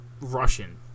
Russian